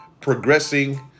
progressing